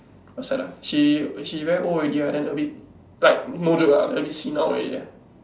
quite sad ah she she very old already ah then a bit right no joke ah a bit senile ready